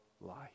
life